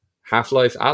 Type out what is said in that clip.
Half-Life